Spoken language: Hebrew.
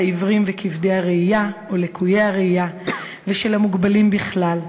העיוורים וכבדי הראייה או לקויי הראייה ושל המוגבלים בכלל.